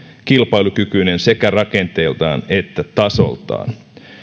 kilpailukykyinen sekä rakenteeltaan että tasoltaan